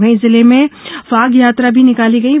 वहीं जिले में फाग यात्रा भी निकाली गयीं